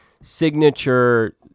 signature